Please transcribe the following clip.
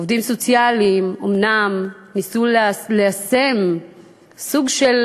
עובדים סוציאליים אומנם ניסו ליישם סוג של